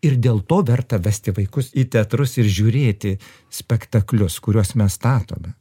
ir dėl to verta vesti vaikus į teatrus ir žiūrėti spektaklius kuriuos mes statome